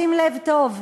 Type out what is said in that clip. שים לב טוב: